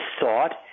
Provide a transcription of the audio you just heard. thought